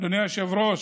אדוני היושב-ראש,